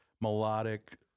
melodic